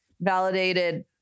validated